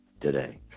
today